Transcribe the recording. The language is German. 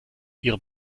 ihrer